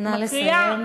נא לסיים.